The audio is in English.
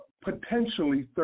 potentially